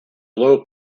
low